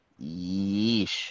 Yeesh